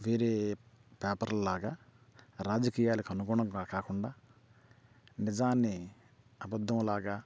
వేరే పేపర్లులాగా రాజకీయాలకు అనుగుణంగా కాకుండా నిజాన్ని అబద్ధంలాగా